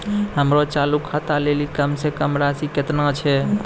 हमरो चालू खाता लेली कम से कम राशि केतना छै?